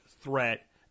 threat